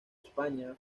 españa